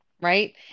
right